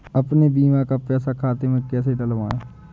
अपने बीमा का पैसा खाते में कैसे डलवाए?